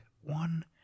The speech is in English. one